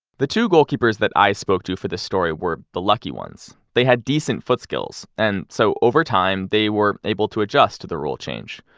the two goalkeepers that i spoke to for this story were the lucky ones. they had decent foot skills and so, over time, they were able to adjust to the rule change,